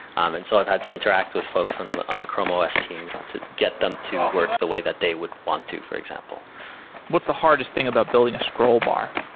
um and so i've had to interact with folks on on the chrome os team to get them to work the way that they would want to for example what's the hardest thing about building a scroll bar?